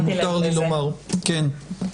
האזרח,